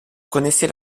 connaissait